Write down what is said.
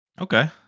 okay